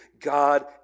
God